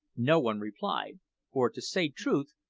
no one replied for, to say truth,